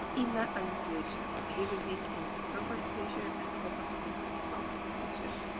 in their own solutions. so here is zinc in zinc sulfate solution and copper in copper sulfate solution.